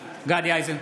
(קורא בשמות חברי הכנסת) גדי איזנקוט,